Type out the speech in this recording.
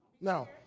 Now